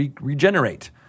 regenerate